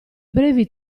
brevi